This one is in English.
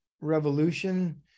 Revolution